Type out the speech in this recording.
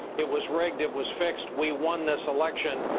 it was rigged, it was fixed, we won this election.